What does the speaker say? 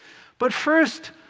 but first,